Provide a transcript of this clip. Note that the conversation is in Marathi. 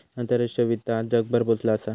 आंतराष्ट्रीय वित्त आज जगभर पोचला असा